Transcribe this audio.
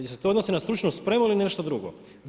Jel' se to odnosi na stručnu spremu ili nešto drugo?